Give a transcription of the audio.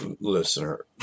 listener